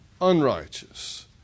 unrighteous